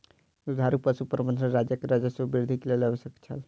दुधारू पशु प्रबंधन राज्यक राजस्व वृद्धिक लेल आवश्यक छल